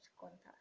contact